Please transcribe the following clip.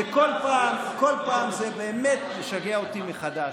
וכל פעם זה באמת משגע אותי מחדש,